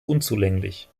unzulänglich